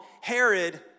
Herod